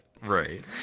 Right